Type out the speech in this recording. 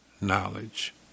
knowledge